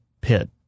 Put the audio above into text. pit